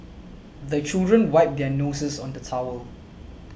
the children wipe their noses on the towel